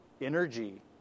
energy